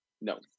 No